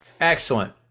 excellent